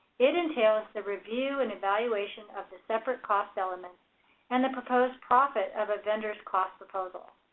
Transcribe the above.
it entails the review and evaluation of the separate cost elements and the proposed profit of a vendor's cost proposal.